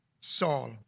Saul